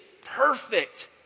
perfect